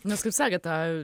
nes kaip sakėt tą